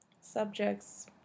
subjects